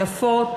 יפות,